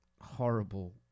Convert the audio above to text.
horrible